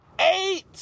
Eight